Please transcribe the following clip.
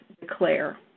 declare